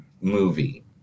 movie